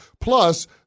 Plus